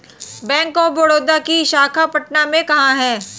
Bank of Baroda की शाखा पटना में कहाँ है?